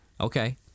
Okay